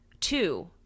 Two